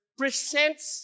presents